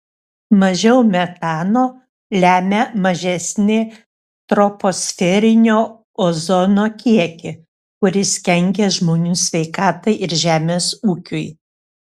mažiau metano lemia mažesnį troposferinio ozono kiekį kuris kenkia žmonių sveikatai ir žemės ūkiui